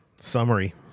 Summary